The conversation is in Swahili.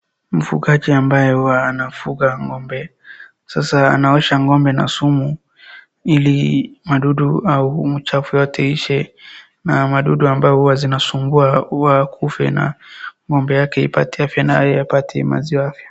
Mfugaji ambaye huwa anafuga ng'ombe, sasa anaosha ng'ombe na sumu ili madudu au machafu yote iishe na madudu ambao huwa zinasumbua wakufe na ng'ombe yake ipate afya na yeye apate maziwa.